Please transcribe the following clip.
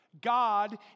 God